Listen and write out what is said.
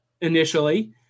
initially